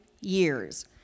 years